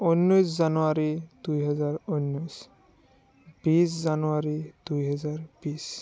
ঊনৈছ জানুৱাৰী দুই হেজাৰ ঊনৈছ বিশ জানুৱাৰী দুই হেজাৰ বিশ